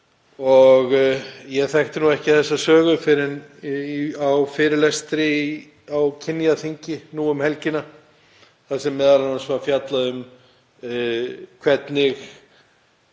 Ég þekkti ekki þá sögu fyrr en á fyrirlestri á Kynjaþingi nú um helgina þar sem m.a. var fjallað um hvernig